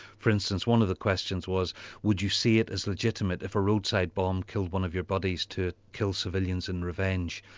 for instance one of the questions was would you see it as legitimate, if a roadside bomb killed one of your buddies, to kill civilians in revenge?